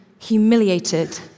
humiliated